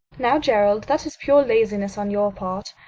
now, gerald, that is pure laziness on your part.